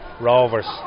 Rovers